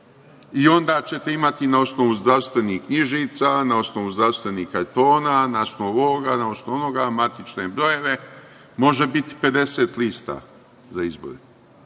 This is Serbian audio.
Onda ćete imati na osnovu zdravstvenih knjižica, na osnovu zdravstvenih kartona, na osnovu ovoga, na osnovu onoga, matične brojeve, može biti 50 lista za izbore. Čemu